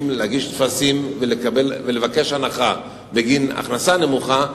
להגיש טפסים ולבקש הנחה בגין הכנסה נמוכה,